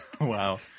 Wow